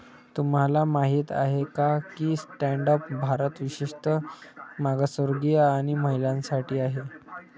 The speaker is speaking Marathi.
तुम्हाला माहित आहे का की स्टँड अप भारत विशेषतः मागासवर्गीय आणि महिलांसाठी आहे